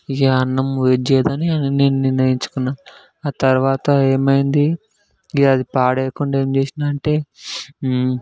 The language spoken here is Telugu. ఇక అన్నం వేడి చేయద్దని నేను నిర్ణయించుకున్నాను ఆ తరువాత ఏమైంది ఇక అది పడేయకుండా ఏం చేసాను అంటే